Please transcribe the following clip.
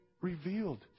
revealed